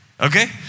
Okay